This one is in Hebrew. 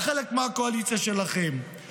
שבעקבות פעולות של הממשלה יש רדיפה, בגין חיילי